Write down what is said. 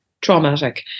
traumatic